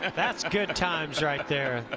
and that's good times right there